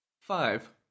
Five